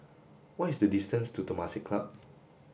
what is the distance to Temasek Club